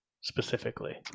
specifically